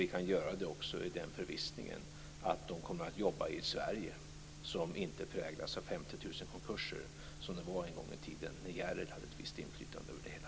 Vi kan också göra det i den förvissningen att de kommer att jobba i ett Sverige som inte präglas av 50 000 konkurser, som fallet var en gång i tiden när Järrel hade ett visst inflytande över det hela.